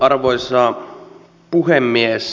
arvoisa puhemies